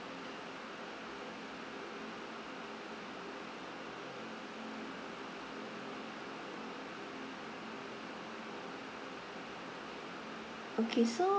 okay so